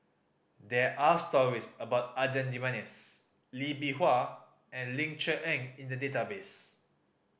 there are stories about Adan Jimenez Lee Bee Wah and Ling Cher Eng in the database